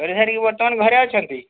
କରିସାରିକି ବର୍ତ୍ତମାନ ଘରେ ଅଛନ୍ତି